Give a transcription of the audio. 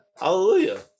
hallelujah